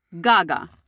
Gaga